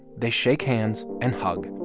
they shake hands and hug,